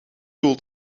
doel